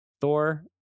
Thor